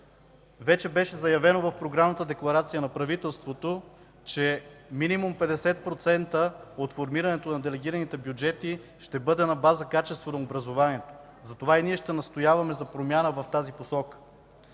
Вече беше заявено в Програмната декларация на правителството, че минимум 50% от формирането на делегираните бюджети ще бъде на база качество на образованието. Затова и ние ще настояваме за промяна в тази посока.